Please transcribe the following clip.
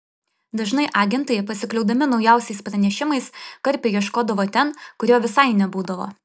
dažnai agentai pasikliaudami naujausiais pranešimais karpio ieškodavo ten kur jo visai nebūdavo